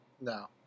No